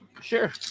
Sure